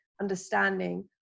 understanding